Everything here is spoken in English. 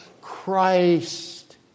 Christ